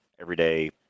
everyday